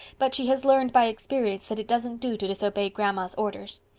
but she has learned by experience that it doesn't do to disobey grandma's orders.